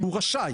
הוא רשאי,